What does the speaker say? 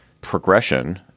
progression